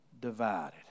Divided